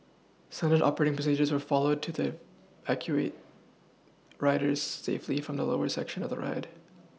standard operating procedures were followed to evacuate riders safely from the lower section of the ride